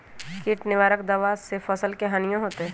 किट निवारक दावा से फसल के हानियों होतै?